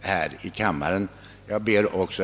här i kammaren. Herr talman!